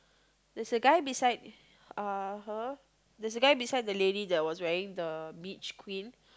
there's a guy beside uh her there's a guy beside the lady that was wearing the beach queen